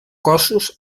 cossos